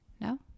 No